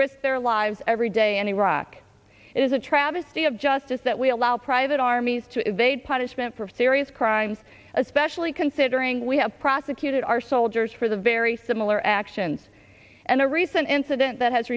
risk their lives every day and iraq it is a travesty of justice that we allow private armies to evade punishment for serious crimes especially considering we have prosecuted our soldiers for the very similar actions and a recent incident that has